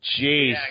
Jeez